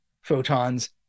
photons